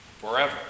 forever